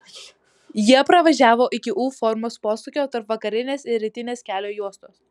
jie privažiavo iki u formos posūkio tarp vakarinės ir rytinės kelio juostos